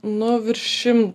nu virš šim